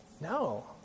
No